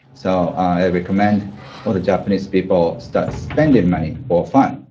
so, i recommend all the japanese people start spending money for fun.